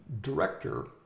director